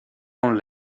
con